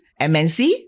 MNC